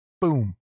Boom